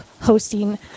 hosting